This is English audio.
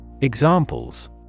Examples